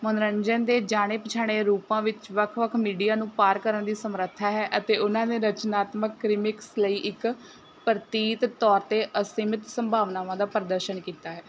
ਮਨੋਰੰਜਨ ਦੇ ਜਾਣੇ ਪਛਾਣੇ ਰੂਪਾਂ ਵਿੱਚ ਵੱਖ ਵੱਖ ਮੀਡੀਆ ਨੂੰ ਪਾਰ ਕਰਨ ਦੀ ਸਮਰੱਥਾ ਹੈ ਅਤੇ ਉਹਨਾਂ ਨੇ ਰਚਨਾਤਮਕ ਰੀਮਿਕਸ ਲਈ ਇੱਕ ਪ੍ਰਤੀਤ ਤੌਰ 'ਤੇ ਅਸੀਮਿਤ ਸੰਭਾਵਨਾਵਾਂ ਦਾ ਪ੍ਰਦਰਸ਼ਨ ਕੀਤਾ ਹੈ